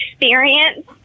experience